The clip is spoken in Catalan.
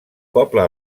poble